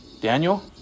Daniel